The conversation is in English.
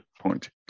point